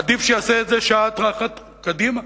עדיף שיעשה את זה שעה אחת קדימה,